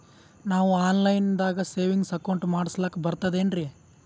ನಾವು ಆನ್ ಲೈನ್ ದಾಗ ಸೇವಿಂಗ್ಸ್ ಅಕೌಂಟ್ ಮಾಡಸ್ಲಾಕ ಬರ್ತದೇನ್ರಿ?